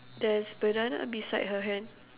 there's banana beside her hand